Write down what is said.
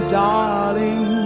darling